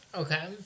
okay